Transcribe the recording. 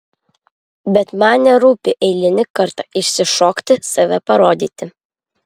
bet man nerūpi eilinį kartą išsišokti save parodyti